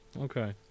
Okay